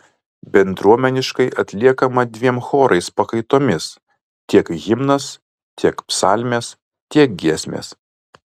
bendruomeniškai atliekama dviem chorais pakaitomis tiek himnas tiek psalmės tiek giesmės